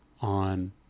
on